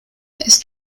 ist